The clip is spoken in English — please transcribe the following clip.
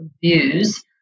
views